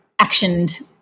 actioned